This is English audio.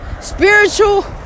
spiritual